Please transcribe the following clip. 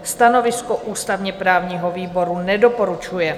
Stanovisko ústavněprávního výboru: nedoporučuje.